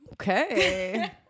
Okay